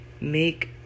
make